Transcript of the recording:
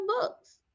books